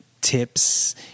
tips